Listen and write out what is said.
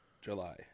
July